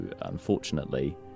unfortunately